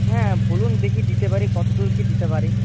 হ্যাঁ বলুন দেখি দিতে পারি কতদূর কি দিতে পারি